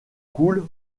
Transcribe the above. coule